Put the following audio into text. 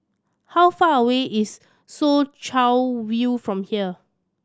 how far away is Soo Chow View from here